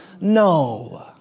No